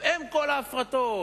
אם כל ההפרטות,